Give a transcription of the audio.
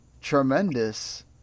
tremendous